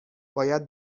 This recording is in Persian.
باید